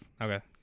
Okay